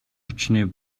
хүчний